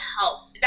help